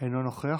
אינו נוכח,